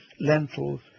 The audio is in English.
lentils